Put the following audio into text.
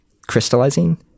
crystallizing